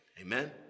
Amen